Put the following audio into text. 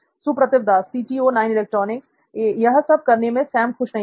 सुप्रतिव दास यह सब करने में सैम खुश नहीं होगा